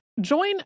Join